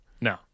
No